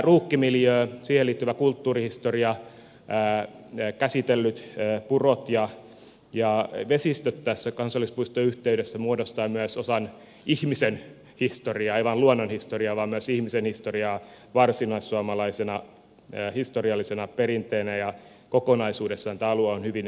sen lisäksi ruukkimiljööseen liittyvä kulttuurihistoria käsitellyt purot ja vesistöt tässä kansallispuiston yhteydessä muodostaa myös osan ihmisen historiaa ei vain luonnon historiaa vaan myös ihmisen historiaa varsinaissuomalaisena historiallisena perinteenä ja kokonaisuudessaan tämä alue on hyvin arvokas